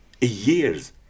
years